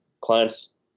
clients